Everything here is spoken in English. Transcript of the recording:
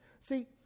See